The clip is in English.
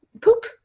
poop